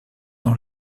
dans